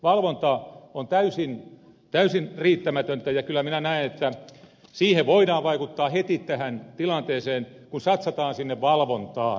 valvonta on täysin riittämätöntä ja kyllä minä näen että tähän tilanteeseen voidaan vaikuttaa heti kun satsataan valvontaan